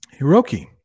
hiroki